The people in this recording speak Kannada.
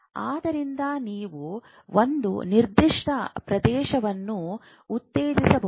ಆದ್ದರಿಂದ ನೀವು ಒಂದು ನಿರ್ದಿಷ್ಟ ಪ್ರದೇಶವನ್ನು ಉತ್ತೇಜಿಸಬಹುದು